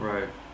Right